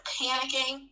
panicking